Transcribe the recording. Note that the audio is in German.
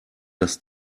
das